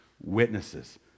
witnesses